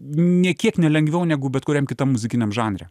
nė kiek nelengviau negu bet kuriam kitam muzikiniam žanre